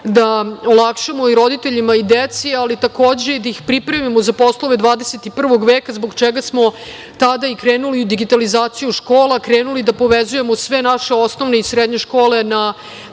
da olakšamo i roditeljima i deci, ali takođe da ih pripremimo za poslove 21. veka, zbog čega smo tada i krenuli u digitalizaciju škola, krenuli da povezujemo sve naše osnovne i srednje škole na